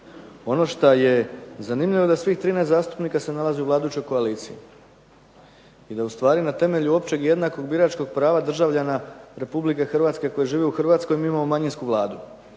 Ono šta je zanimljivo da svih 13 zastupnika se nalazi u vladajućoj koaliciji i da ustvari na temelju općeg jednakog biračkog prava državljana Republike Hrvatske koji žive u Hrvatskoj mi imamo manjinsku vladu,